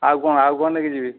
ଆଉ କ'ଣ ଆଉ କ'ଣ ନେଇକି ଯିବି